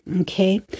Okay